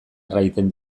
erraiten